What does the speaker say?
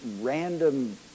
random